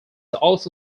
also